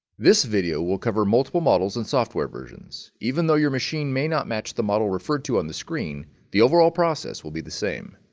this video will cover multiple models and software versions. even though your machine may not match the model referred to on the screen the overall process will be the same